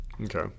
Okay